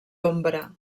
ombra